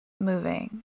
moving